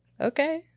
okay